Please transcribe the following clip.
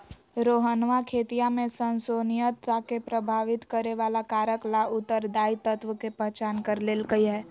रोहनवा खेतीया में संपोषणीयता के प्रभावित करे वाला कारक ला उत्तरदायी तत्व के पहचान कर लेल कई है